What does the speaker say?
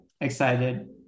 excited